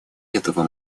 этого